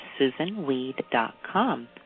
SusanWeed.com